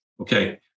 Okay